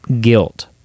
guilt